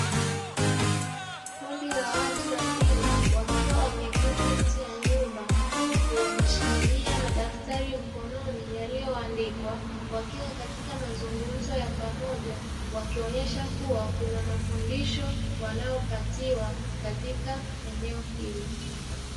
Kundi la watu wazima wakiwa wameketi nje ya nyumba huku wameshikilia madaftari mkononi yaliyoandikwa, wakiwa katika mazungumzo ya pamoja wakionesha kuwa kuna mafundisho wanayopatiwa katika eneo hilo.